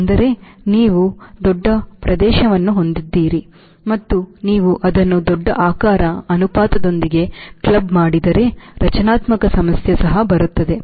ಆದರೆ ನೀವು ದೊಡ್ಡ ಪ್ರದೇಶವನ್ನು ಹೊಂದಿದ್ದೀರಿ ಮತ್ತು ನೀವು ಅದನ್ನು ದೊಡ್ಡ ಆಕಾರ ಅನುಪಾತದೊಂದಿಗೆ ಕ್ಲಬ್ ಮಾಡಿದರೆ ರಚನಾತ್ಮಕ ಸಮಸ್ಯೆ ಸಹ ಬರುತ್ತದೆ